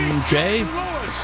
Jay